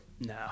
No